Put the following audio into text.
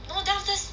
no then afters~